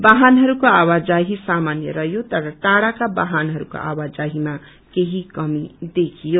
बाहनहरूको आवाजाहि सामान्य रहयो तर टाड़ाका वाहनहरूको आवाजाहीमा केही कमी देखियो